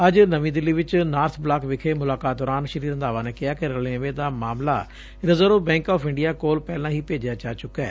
ਅੱਜ ਨਵੀ ਦਿੱਲੀ 'ਚ ਨਾਰਬ ਬਲਾਕ ਵਿਖੇ ਮੁਲਾਕਾਤ ਦੌਰਾਨ ਸ੍ਰੀ ਰੰਧਾਵਾ ਨੇ ਕਿਹਾ ਕਿ ਰਲੇਵੇਂ ਦਾ ਮਾਮਲਾ ਰਿਜ਼ਰਵ ਬੈਂਕ ਆਫ ਇੰਡੀਆ ਕੋਲ ਪਹਿਲਾਂ ਹੀ ਭੇਜਿਆ ਜਾ ਚੂੱਕੈ